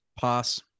Pass